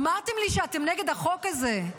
אמרתם לי שאתם נגד החוק הזה.